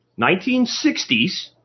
1960s